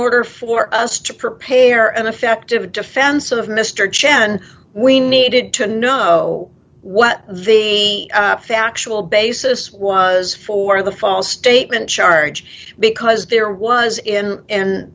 order for us to prepare an effective defense of mr chen we needed to know what the factual basis was for the false statement charge because there was in